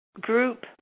group